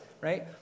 right